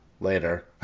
later